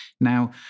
Now